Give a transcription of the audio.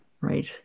Right